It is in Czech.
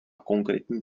konkrétní